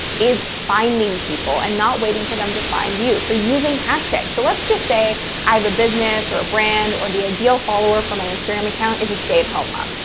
is finding people, and not waiting for them to find you. so, using hashtags. so let's just say i have a business or a brand, or the ideal follower for my instagram account is a stay home mom.